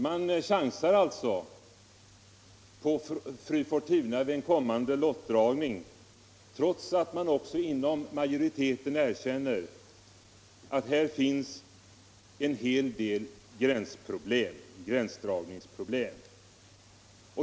Majoriteten chansar alltså på fru Fortuna vid den kommande lottdragningen, trots att man också erkänner att här finns en hel del gränsdragningsproblem.